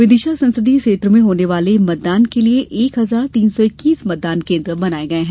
विदिशा संसदीय में होने वाले मतदान के लिये एक हजार तीन सौ इक्कीस मतदान केन्द्र बनाये गये है